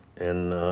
and